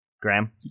Graham